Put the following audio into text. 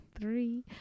three